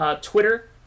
Twitter